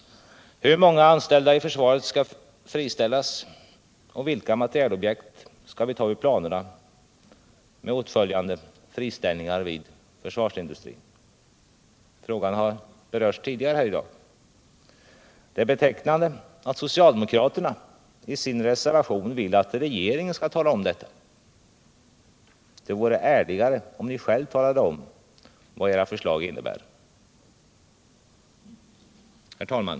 Hur många anställda i försvaret skall friställas och vilka materielobjekt skall vi ta ur planerna med åtföljande friställningar vid försvarsindustrin? Frågan har berörts tidigare här i dag. Det är betecknande att socialdemokraterna i reservationen 2 vill att regeringen skall tala om detta. Det vore ärligare om ni själva talade om vad era förslag innebär. Herr talman!